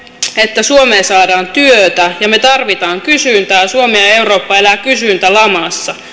että suomeen saadaan työtä ja me tarvitsemme kysyntää suomi ja eurooppa elävät kysyntälamassa